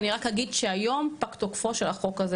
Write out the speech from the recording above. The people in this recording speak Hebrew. אני רק אגיד שהיום פג תוקפו של החוק הזה.